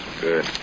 good